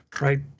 right